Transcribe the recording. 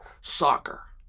Soccer